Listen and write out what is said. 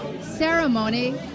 ceremony